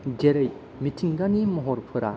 जेरै मिथिंगानि महरफोरा